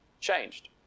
changed